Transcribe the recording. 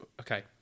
okay